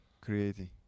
creating